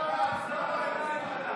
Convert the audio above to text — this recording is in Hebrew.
עבודה בעיניים.